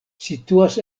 situas